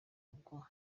ubwo